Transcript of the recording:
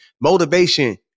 Motivation